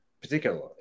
particularly